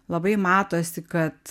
labai matosi kad